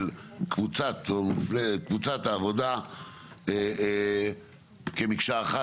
קבוצת או מפלגת קבוצת העבודה כמקשה אחת.